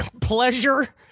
pleasure